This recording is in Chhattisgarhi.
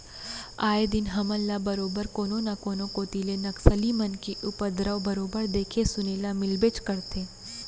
आए दिन हमन ल बरोबर कोनो न कोनो कोती ले नक्सली मन के उपदरव बरोबर देखे सुने ल मिलबेच करथे